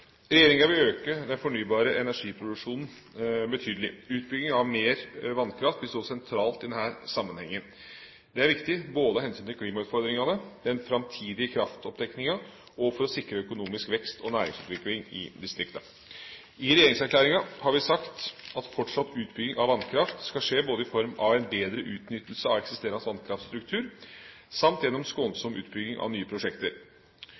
Regjeringa vil øke den fornybare energiproduksjonen betydelig. Utbygging av mer vannkraft vil stå sentralt i denne sammenhengen. Det er viktig både av hensyn til klimautfordringene og den framtidige kraftoppdekninga og for å sikre økonomisk vekst og næringsutvikling i distriktene. I regjeringserklæringa har vi sagt at fortsatt utbygging av vannkraft skal skje både i form av en bedre utnyttelse av eksisterende vannkraftstruktur og gjennom skånsom utbygging av nye prosjekter.